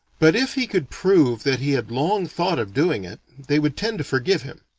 but if he could prove that he had long thought of doing it, they would tend to forgive him.